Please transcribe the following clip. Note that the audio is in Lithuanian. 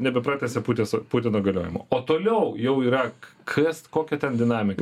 nebepratęsia puteso putino galiojimo o toliau jau yra kas kokia ten dinamika